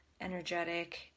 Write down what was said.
energetic